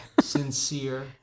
Sincere